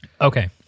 Okay